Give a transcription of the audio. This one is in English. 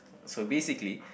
so basically